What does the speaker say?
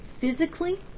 physically